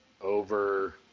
over